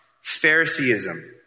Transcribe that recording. Phariseeism